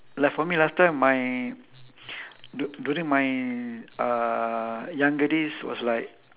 like for me last time my du~ during my uh younger days was like